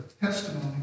testimony